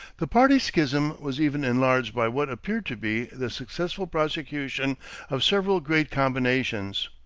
the party schism was even enlarged by what appeared to be the successful prosecution of several great combinations.